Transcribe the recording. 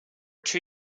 two